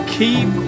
keep